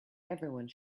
everyone